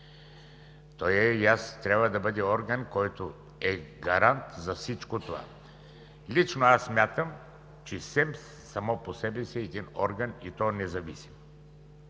медии. Трябва да бъде орган, който е гарант за всичко това. Лично аз смятам, че СЕМ сам по себе си е един орган, и то независим.